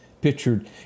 pictured